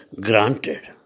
granted